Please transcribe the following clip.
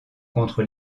contre